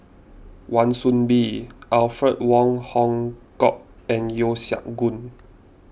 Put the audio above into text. Wan Soon Bee Alfred Wong Hong Kwok and Yeo Siak Goon